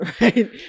right